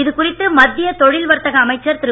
இதுகுறித்து மத்திய தொழில் வரத்தக அமைச்சர் திரு